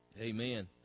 Amen